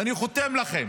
ואני חותם לכם